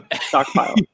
Stockpile